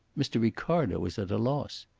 mr. ricardo was at a loss.